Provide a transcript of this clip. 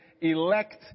elect